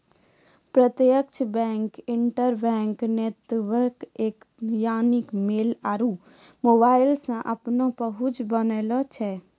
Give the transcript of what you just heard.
प्रत्यक्ष bank, interbank network alliance, mail आरु मोबाइलो से अपनो पहुंच बनाबै छै